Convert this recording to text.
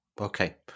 okay